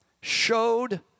showed